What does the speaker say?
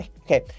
Okay